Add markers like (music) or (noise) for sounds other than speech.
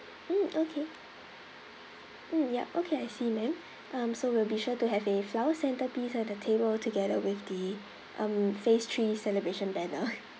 mm okay mm yup okay I see ma'am um so we'll be sure to have a flower centrepiece at the table together with the um phase three celebration banner (laughs)